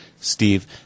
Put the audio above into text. steve